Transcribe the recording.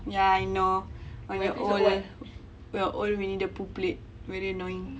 ya I know with you old your old winnie the pooh plate very annoying